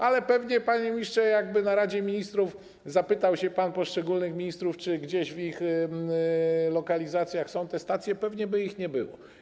Ale pewnie, panie ministrze, jakby w Radzie Ministrów zapytał się pan poszczególnych ministrów, czy gdzieś w ich lokalizacjach są te stacje, pewnie by ich nie było.